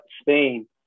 Spain